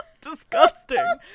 Disgusting